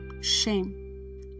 shame